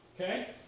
Okay